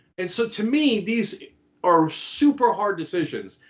and so to me, these are super hard decisions.